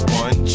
one